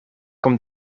kom